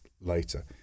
later